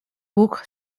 buch